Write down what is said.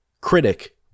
Critic